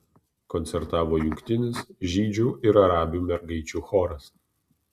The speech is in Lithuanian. koncertavo jungtinis žydžių ir arabių mergaičių choras